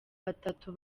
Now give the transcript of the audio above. batatu